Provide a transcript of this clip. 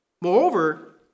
Moreover